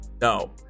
no